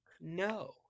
no